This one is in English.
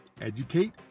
educate